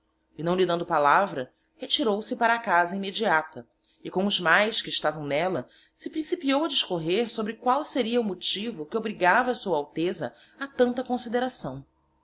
e não lhe dando palavra retirou-se para a casa immediata e com os mais que estavam n'ella se principiou a discorrer sobre qual seria o motivo que obrigava sua alteza a tanta consideração